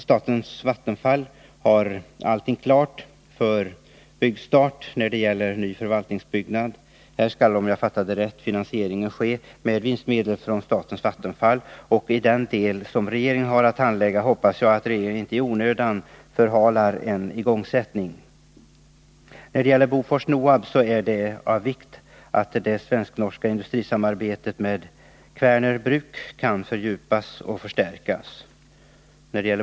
Statens vattenfallsverk har allting klart för byggstart när det gäller en ny förvaltningsbyggnad — här skall, om jag har fattat det rätt, finansieringen ske med vinstmedel från statens vattenfallsverk. I den del som regeringen har att handlägga detta hoppas jag att regeringen inte i onödan förhalar en igångsättning. När det gäller Bofors-Nohab är det av vikt att det svensknorska industrisamarbetet med Kverner Bruk kan fördjupas och förstärkas.